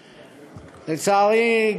לצערי,